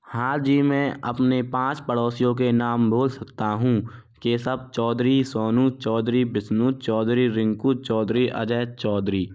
हाँ जी मैं अपने पाँच पड़ोसियों के नाम बोल सकता हूँ केशव चौधरी सोनू चौधरी विष्णु चौधरी रिंकू चौधरी अजय चौधरी